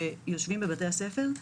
שיושבים בבתי הספר,